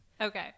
Okay